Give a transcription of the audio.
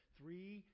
three